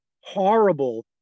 horrible